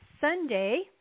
Sunday